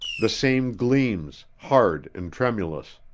the same gleams, hard and tremulous.